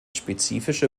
spezifische